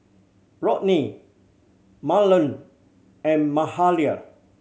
Rodney Marland and Mahalia